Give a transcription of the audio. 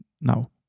now